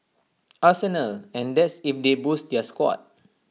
arsenal and that's if they boost their squad